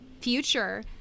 future